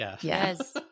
Yes